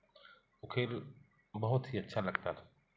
वह खेल बहुत ही अच्छा लगता था